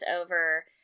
over